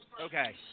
Okay